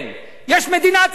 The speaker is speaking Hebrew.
יש מדינת ישראל,